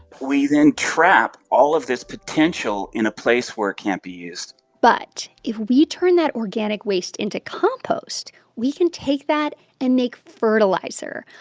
we then trap all of this potential in a place where it can't be used but if we turn that organic waste into compost, we can take that and make fertilizer.